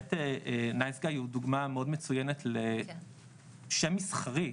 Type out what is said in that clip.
שבאמת נייס גאי הוא דוגמא מאוד מצוינת לשם מסחרי,